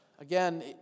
Again